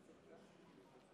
הילד הזה